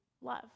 love